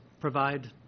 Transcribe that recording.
provide